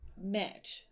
met